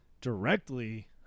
directly